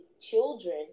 children